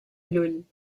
llull